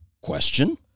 question